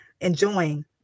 enjoying